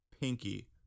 pinky